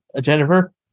Jennifer